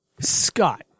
Scott